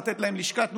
לתת להם לשכה,